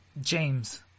James